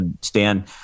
Stan